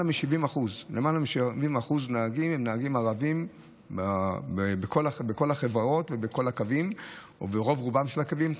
מ-70% הם נהגים ערבים בכל החברות ובכל הקווים או ברוב-רובם של הקווים,